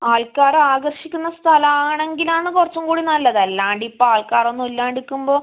ആൾക്കാർ ആകർഷിക്കുന്ന സ്ഥലം ആണെങ്കിലാണ് കുറച്ചും കൂടി നല്ലത് അല്ലാതെ ഇപ്പം ആൾക്കാറൊന്നും ഇല്ലാതെ നിൽക്കുമ്പോൾ